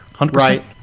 right